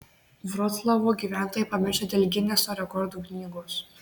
vroclavo gyventojai pamišę dėl gineso rekordų knygos